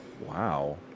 Wow